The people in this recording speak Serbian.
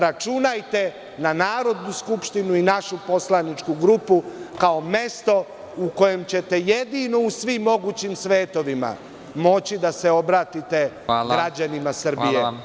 Računajte na Narodnu skupštinu i našu poslaničku grupu, kao mesto u kojem ćete jedino u svim mogućim svetovima moći da se obratite građanima Srbije.